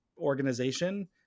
organization